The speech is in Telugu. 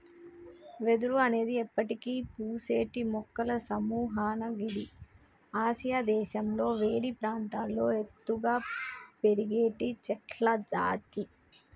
వెదురు అనేది ఎప్పటికి పూసేటి మొక్కల సముహము గిది ఆసియా దేశాలలో వేడి ప్రాంతాల్లో ఎత్తుగా పెరిగేటి చెట్లజాతి